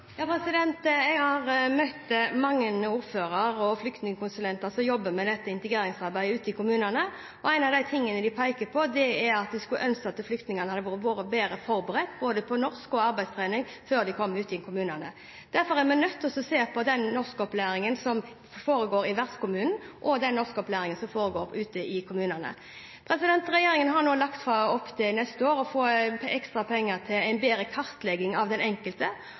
Jeg har møtt mange ordførere og flyktningkonsulenter som jobber med integreringsarbeidet ute i kommunene, og en av de tingene de peker på, er at de skulle ønske at flyktningene hadde vært bedre forberedt i norsk og hatt arbeidstrening før de kom ut i kommunene. Derfor er vi nødt til å se på den norskopplæringen som foregår i mottakskommunene, og den norskopplæringen som foregår ute i bosettingskommunene. Regjeringen har neste år lagt opp til å få ekstra penger til en bedre kartlegging av den enkelte.